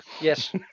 yes